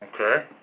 Okay